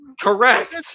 correct